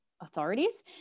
authorities